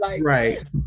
Right